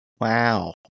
Wow